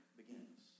begins